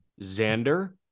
Xander